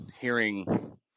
hearing